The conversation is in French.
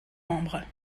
membres